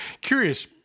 Curious